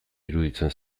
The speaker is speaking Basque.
iruditzen